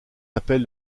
appel